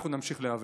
אנחנו נמשיך להיאבק.